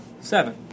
seven